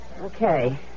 Okay